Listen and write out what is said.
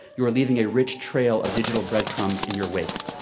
you are leaving a rich trail of d igital bread crumbs in your wake.